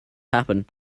happen